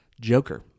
Joker